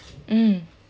mm